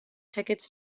tickets